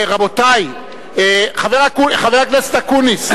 רבותי, חבר הכנסת אקוניס,